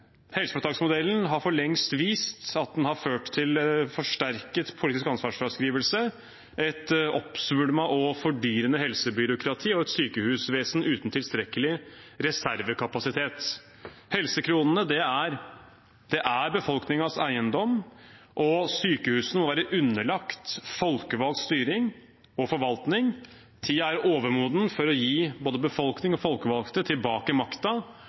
Helseforetaksmodellen har for lengst vist at den har ført til forsterket politisk ansvarsfraskrivelse, et oppsvulmet og fordyrende helsebyråkrati og et sykehusvesen uten tilstrekkelig reservekapasitet. Helsekronene er befolkningens eiendom, og sykehusene må være underlagt folkevalgt styring og forvaltning. Tiden er overmoden for å gi både befolkning og folkevalgte makten over helsevesenet tilbake,